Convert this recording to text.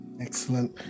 Excellent